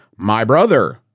MYBROTHER